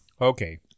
okay